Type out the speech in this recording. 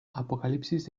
apocalipsis